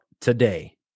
today